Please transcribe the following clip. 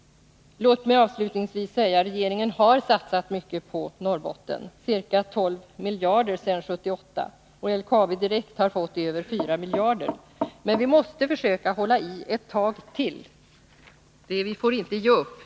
Låt mig avslutningsvis säga att regeringen har satsat mycket på Norrbotten, ca 12 miljarder sedan 1978. LKAB har fått över 4 miljarder. Men vi måste försöka hålla ut ett tag till, vi får inte ge upp.